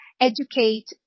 educate